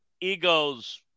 Ego's